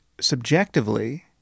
subjectively